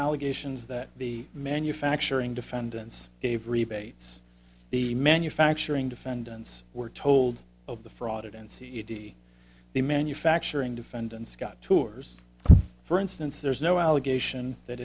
allegations that the manufacturing defendants gave rebates the manufacturing defendants were told of the fraud and c e d the manufacturing defendants got tours for instance there's no allegation that